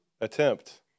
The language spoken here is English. attempt